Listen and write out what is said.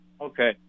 Okay